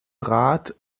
rat